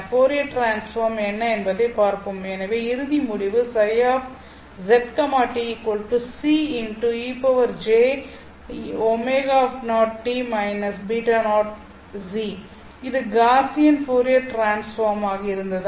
Fourier transform என்ன என்பதைப் பார்ப்போம் எனவே இறுதி முடிவு இது காஸியன் ஃபோரியர் டிரான்ஸ்பார்ம் ஆக இருந்தது